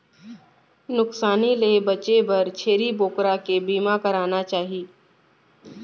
नुकसानी ले बांचे बर छेरी बोकरा के बीमा कराना चाही